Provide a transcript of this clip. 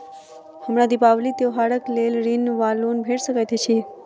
हमरा दिपावली त्योहारक लेल ऋण वा लोन भेट सकैत अछि?